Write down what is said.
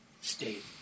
state